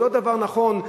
זה לא דבר נכון,